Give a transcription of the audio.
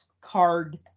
card